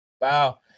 Wow